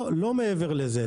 לא מעבר לזה.